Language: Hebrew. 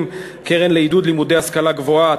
(קרן לעידוד לימודי השכלה גבוהה),